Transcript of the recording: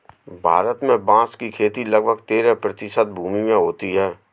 भारत में बाँस की खेती लगभग तेरह प्रतिशत वनभूमि में होती है